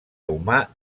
humà